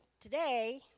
today